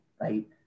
right